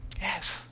Yes